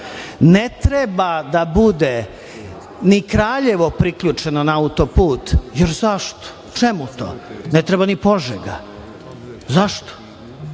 Ne treba da bude ni Kraljevo priključeno na autoput, jer zašto, čemu to? Ne treba ni Požega. Zašto?